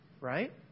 right